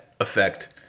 effect